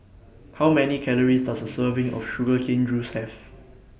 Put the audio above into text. How Many Calories Does A Serving of Sugar Cane Juice Have